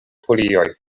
folioj